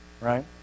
right